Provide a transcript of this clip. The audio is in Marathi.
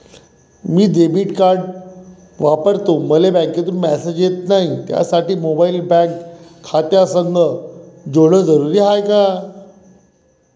मी डेबिट कार्ड वापरतो मले बँकेतून मॅसेज येत नाही, त्यासाठी मोबाईल बँक खात्यासंग जोडनं जरुरी हाय का?